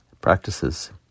practices